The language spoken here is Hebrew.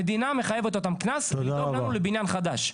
המדינה מחייבת אותם קנס לדאוג לנו לבניין חדש.